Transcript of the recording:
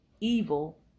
evil